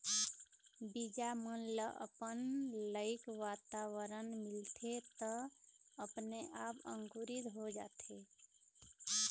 बीजा मन ल अपन लइक वातावरन मिलथे त अपने आप अंकुरित हो जाथे